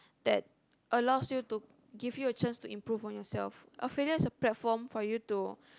that allows you to gives you a chance to improve on yourself failure is a platform for you to